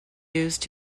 used